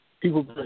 People